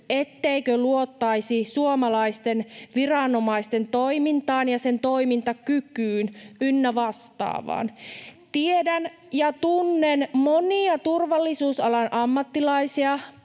etteikö luottaisi suomalaisten viranomaisten toimintaan ja sen toimintakykyyn ynnä vastaavaan. Tiedän ja tunnen monia turvallisuusalan ammattilaisia